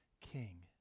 king